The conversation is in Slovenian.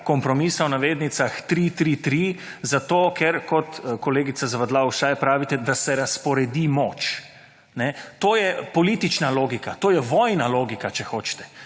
»kompromisa« 3+3+3 zato, ker, kot, kolegica Zavadlav Ušaj, pravite, da se razporedi moč. To je politična logika, to je vojna logika, če hočete.